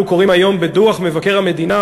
אנחנו קוראים היום בדוח מבקר המדינה,